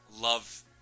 love